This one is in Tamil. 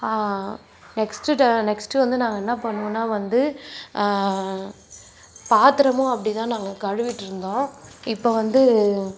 நெக்ஸ்ட்டு நெக்ஸ்ட்டு வந்து நாங்கள் என்ன பண்ணுவோன்னால் வந்து பாத்திரமும் அப்படிதான் நாங்கள் கழுவிகிட்ருந்தோம் இப்போது வந்து